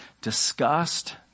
disgust